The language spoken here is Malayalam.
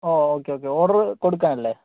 oh okay okay order കൊടുക്കാനല്ലേ